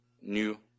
new